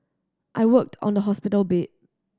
I worked on the hospital bed